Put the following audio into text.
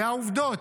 אלה העובדות.